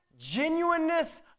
genuineness